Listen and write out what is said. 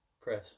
Chris